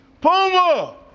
Puma